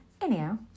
Anyhow